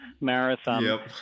marathon